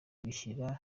bishyira